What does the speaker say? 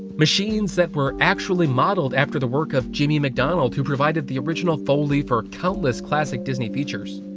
machines that were actually modeled after the work of jimmy mcdonald who provided the original foley for countless classic disney features.